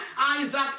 Isaac